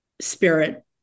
spirit